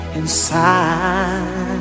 inside